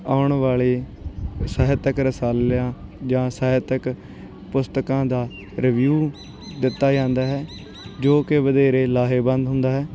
ਆਉਣ ਵਾਲੇ ਸਾਹਿਤਕ ਰਸਾਲਿਆਂ ਜਾਂ ਸਾਹਿਤਕ ਪੁਸਤਕਾਂ ਦਾ ਰਿਵਿਊ ਦਿੱਤਾ ਜਾਂਦਾ ਹੈ ਜੋ ਕਿ ਵਧੇਰੇ ਲਾਹੇਵੰਦ ਹੁੰਦਾ ਹੈ